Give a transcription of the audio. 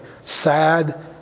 sad